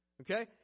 okay